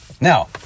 Now